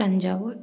Thanjavur